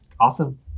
Awesome